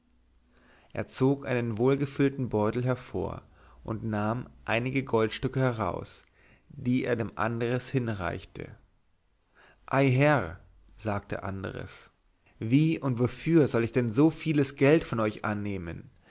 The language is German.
er zog einen wohlgefüllten beutel hervor und nahm einige goldstücke heraus die er dem andres hinreichte ei herr sagte andres wie und wofür sollte ich denn so vieles geld von euch annehmen